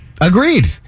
Agreed